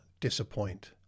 Disappoint